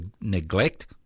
neglect